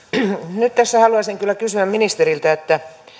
nyt tässä haluaisin kyllä kysyä ministeriltä